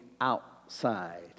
outside